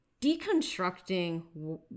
deconstructing